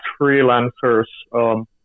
freelancers